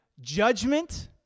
judgment